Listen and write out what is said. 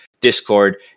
Discord